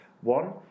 one